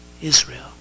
Israel